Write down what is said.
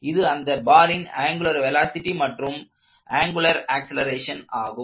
இது அந்த பாரின் ஆங்குலார் வெலாசிட்டி மற்றும் ஆங்குலார் ஆக்ஸலரேஷன் ஆகும்